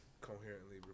coherently